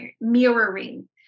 mirroring